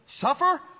Suffer